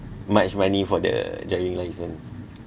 much money for the driving license